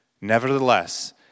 Nevertheless